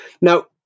Now